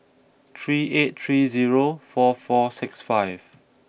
three eight three zero four four six five